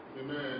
Amen